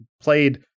played